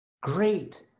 great